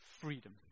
freedom